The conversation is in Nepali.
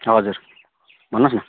हजुर भन्नुहोस् न